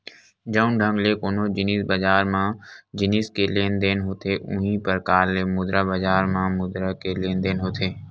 जउन ढंग ले कोनो जिनिस बजार म जिनिस के लेन देन होथे उहीं परकार ले मुद्रा बजार म मुद्रा के लेन देन होथे